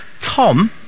Tom